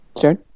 Sure